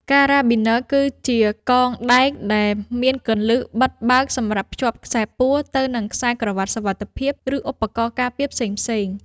ការ៉ាប៊ីន័រ គឺជាកងដែកដែលមានគន្លឹះបិទបើកសម្រាប់ភ្ជាប់ខ្សែពួរទៅនឹងខ្សែក្រវាត់សុវត្ថិភាព ឬឧបករណ៍ការពារផ្សេងៗ។